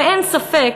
ואין ספק